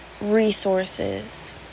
resources